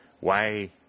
Why